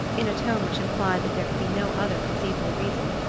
in a tone which implied that there could be no other conceivable reason,